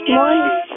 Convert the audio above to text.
morning